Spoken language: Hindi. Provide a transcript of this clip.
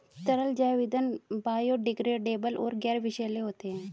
तरल जैव ईंधन बायोडिग्रेडेबल और गैर विषैले होते हैं